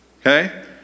Okay